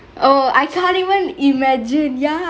oh I can't even imagine ya